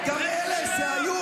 תאפשר לי.